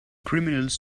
criminals